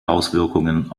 auswirkungen